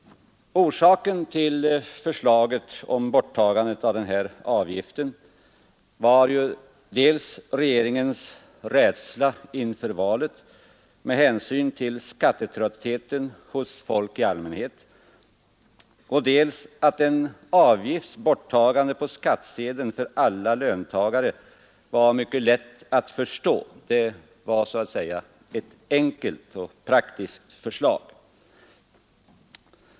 Orsaken till förslaget om borttagandet av avgiften var dels regeringens rädsla inför valet med hänsyn till skattetröttheten hos folk i allmänhet, dels att en avgifts borttagande på skattsedelh för alla löntagare var mycket lätt att förstå. Det var så att säga ett enkelt och praktiskt förslag.